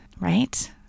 right